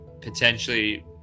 potentially